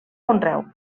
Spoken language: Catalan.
conreu